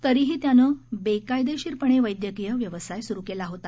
तरीही त्यानं त्यानं बेकायदेशीरपणे वैद्यकीय व्यवसाय सुरु केला होता